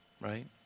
right